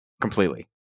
completely